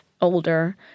older